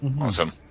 Awesome